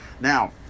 Now